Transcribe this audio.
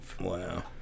Wow